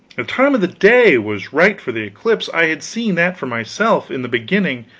the time of the day was right for the eclipse i had seen that for myself, in the beginning,